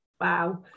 Wow